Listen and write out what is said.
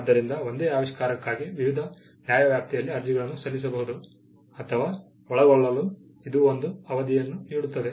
ಆದ್ದರಿಂದ ಒಂದೇ ಆವಿಷ್ಕಾರಕ್ಕಾಗಿ ವಿವಿಧ ನ್ಯಾಯವ್ಯಾಪ್ತಿಯಲ್ಲಿ ಅರ್ಜಿಗಳನ್ನು ಸಲ್ಲಿಸಬಹುದು ಅಥವಾ ಒಳಗೊಳ್ಳಲು ಇದು ಒಂದು ಅವಧಿಯನ್ನು ನೀಡುತ್ತದೆ